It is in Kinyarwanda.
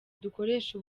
dukoresha